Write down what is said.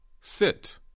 Sit